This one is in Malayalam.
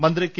മന്ത്രി കെ